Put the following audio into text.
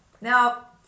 Now